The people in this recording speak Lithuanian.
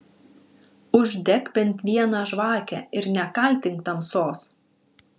uždek bent vieną žvakę ir nekaltink tamsos